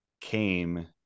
came